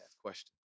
question